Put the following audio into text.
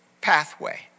pathway